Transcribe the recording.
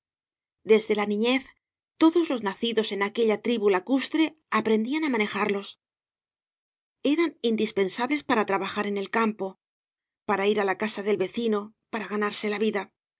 desde la niñez todos los nacídos en aquella tribu lacustre aprendían á manejarlos eran indispensables para trabajar en el campo para ir á la casa del vecino para ganarse la vida